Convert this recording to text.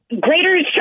greater